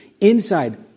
inside